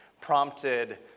prompted